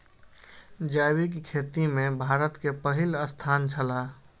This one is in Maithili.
जैविक खेती में भारत के पहिल स्थान छला